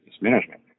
mismanagement